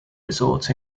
resort